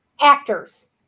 actors